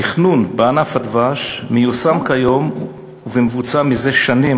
התכנון בענף הדבש מיושם כיום ומבוצע זה שנים